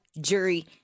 jury